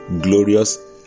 glorious